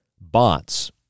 bots